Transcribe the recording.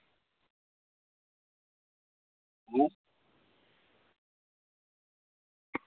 अं